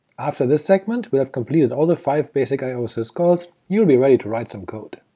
after this segment, we have completed all the five basic i o syscalls you'll be ready to write some code.